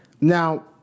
Now